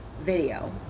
video